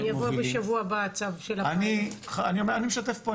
יבוא בשבוע הבא הצו של --- אני משתף פה,